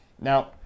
Now